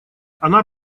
она